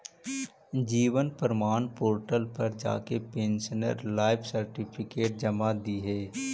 जीवन प्रमाण पोर्टल पर जाके पेंशनर लाइफ सर्टिफिकेट जमा दिहे